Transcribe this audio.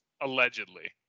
Allegedly